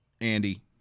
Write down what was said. Andy